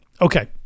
Okay